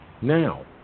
Now